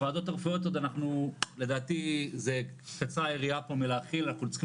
הועדות הרפואיות עוד אנחנו לדעתי קצרה היריעה פה מלהכיל אנחנו צריכים